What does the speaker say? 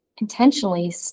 intentionally